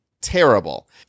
terrible